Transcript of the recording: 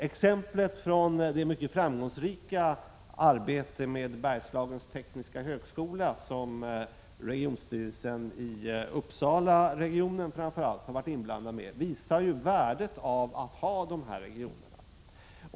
Exemplet från det mycket framgångsrika arbetet med Bergslagens tekniska högskola, som framför allt regionstyrelsen i Uppsalaregionen har varit inblandad i, visar värdet av att ha dessa regioner.